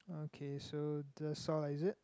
okay so that's all lah is it